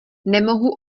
nemohu